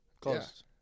Closed